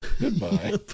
Goodbye